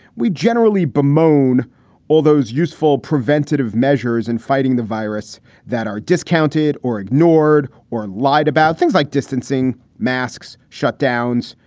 we generally bemoan all those useful preventative measures in fighting the virus that are discounted or ignored or lied about things like distancing masks, shutdowns.